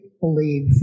believe